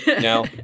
no